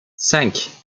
cinq